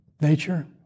nature